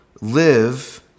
live